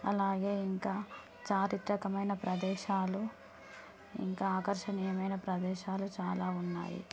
అలాగే ఇంకా చారిత్రకమైన ప్రదేశాలు ఇంకా ఆకర్షణీయమైన ప్రదేశాలు చాలా ఉన్నాయి